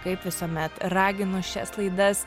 kaip visuomet raginu šias laidas